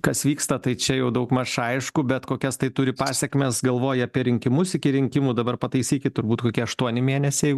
kas vyksta tai čia jau daugmaž aišku bet kokias tai turi pasekmes galvoja apie rinkimus iki rinkimų dabar pataisykit turbūt kokie aštuoni mėnesiai